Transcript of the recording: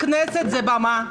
כנסת היא במה,